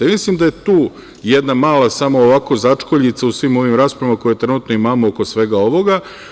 Mislim da je tu jedna mala začkoljica u svim ovim raspravama, koje trenutno imamo oko svega ovoga.